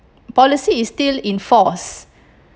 policy is still in force